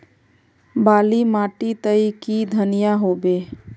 बाली माटी तई की धनिया होबे?